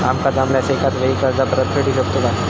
आमका जमल्यास एकाच वेळी कर्ज परत फेडू शकतू काय?